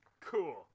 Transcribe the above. Cool